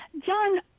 John